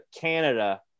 Canada